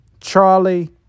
Charlie